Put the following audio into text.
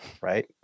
right